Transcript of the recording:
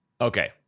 Okay